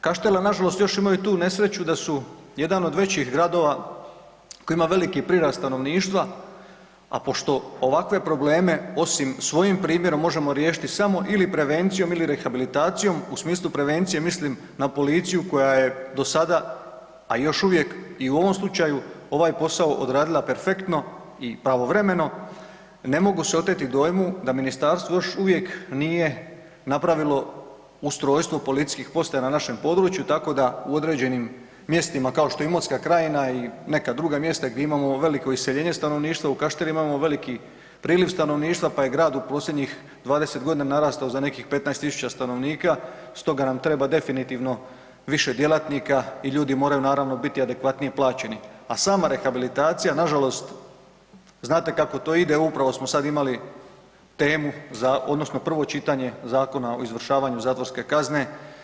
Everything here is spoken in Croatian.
Kaštela nažalost još imaju tu nesreću da su jedan od većih gradova koji ima veliki prirast stanovništva, a pošto ovakve probleme osim svojim primjerom možemo riješiti samo ili prevencijom ili rehabilitacijom u smislu prevencije mislim na policiju koja je do sada, a još uvijek i u ovom slučaju ovaj posao odradila perfektno i pravovremeno ne mogu se oteti dojmu da ministarstvo još uvijek nije napravilo ustrojstvo policijskih postaja na našem području tako da u određenim mjestima kao što je Imotska krajina i neka druga mjesta gdje imamo velio iseljenje stanovništva, u Kašteli imamo veliki priliv stanovništva pa je grad u posljednjih 20 godina narastao za nekih 15.000 stanovnika stoga nam treba definitivno više djelatnika i ljudi moraju naravno biti adekvatnije plaćeni, a sama rehabilitacija nažalost znate kako to ide, upravo smo sad imali temu odnosno prvo čitanje Zakona o izvršavanju zatvorske kazne.